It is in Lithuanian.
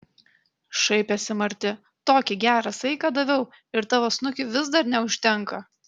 šaipėsi marti tokį gerą saiką daviau ir tavo snukiui vis dar neužtenka